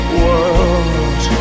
world